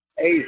Hey